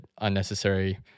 unnecessary